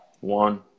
one